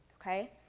okay